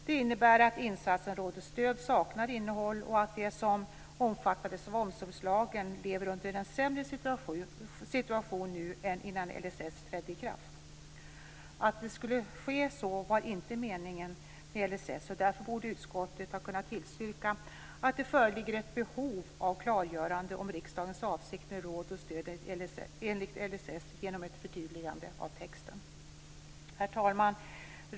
Det innebär att insatsen råd och stöd saknar innehåll och att de som omfattades av omsorgslagen lever under en sämre situation nu än innan LSS trädde i kraft. Att så skulle ske var inte meningen med LSS, och därför borde utskottet ha kunnat tillstyrka att det föreligger ett behov av klargörande om riksdagens avsikt med råd och stöd enligt LSS genom ett förtydligande av texten. Herr talman!